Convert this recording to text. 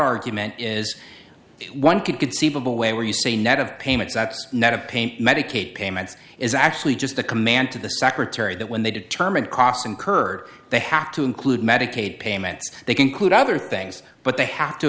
argument is one could conceivable way where you say net of payments net of paint medicaid payments is actually just a command to the secretary that when they determine costs incurred they have to include medicaid payments they conclude other things but they have to